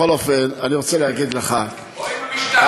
בכל אופן, אני רוצה להגיד לך, או עם המשטרה.